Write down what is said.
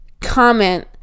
comment